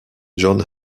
jon